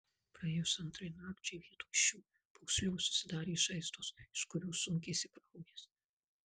praėjus antrai nakčiai vietoj šių pūslių susidarė žaizdos iš kurių sunkėsi kraujas